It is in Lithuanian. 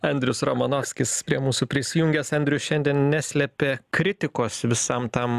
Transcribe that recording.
andrius romanovskis prie mūsų prisijungęs andrius šiandien neslėpė kritikos visam tam